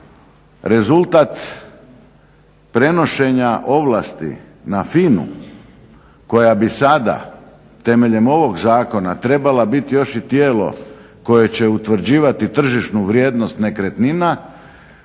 Rezultat prenošenja ovlasti na FINA-u koja bi sada temeljem ovog zakona trebala biti još i tijelo koje će utvrđivati tržišnu vrijednost nekretnina,